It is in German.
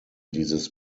dieses